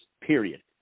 period